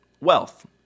wealth